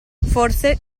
forse